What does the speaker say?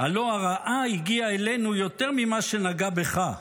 הלוא הרעה הגיעה אלינו יותר ממה שנגע בך",